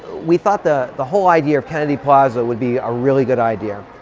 we thought the the whole idea of kennedy plaza would be a really good idea.